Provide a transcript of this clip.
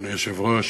אדוני היושב-ראש,